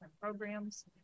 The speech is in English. programs